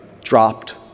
dropped